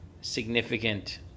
significant